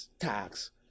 tax